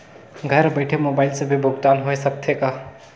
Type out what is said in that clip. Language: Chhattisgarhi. घर बइठे मोबाईल से भी भुगतान होय सकथे का?